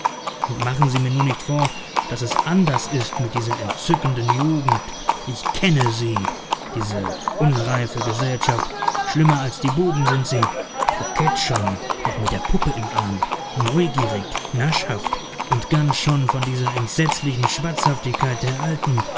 und machen sie mir nur nicht vor daß es anders ist mit dieser entzückenden jugend ich kenne sie diese unreife gesellschaft schlimmer als die buben sind sie kokett schon noch mit der puppe im arm neugierig naschhaft und ganz schon von dieser entsetzlichen schwatzhaftigkeit der alten